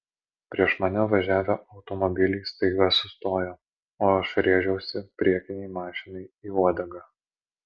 prieš mane važiavę automobiliai staiga sustojo o aš rėžiausi priekinei mašinai į uodegą